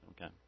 okay